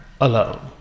alone